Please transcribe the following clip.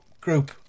group